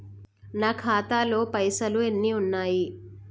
నా ఖాతాలో పైసలు ఎన్ని ఉన్నాయి?